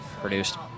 produced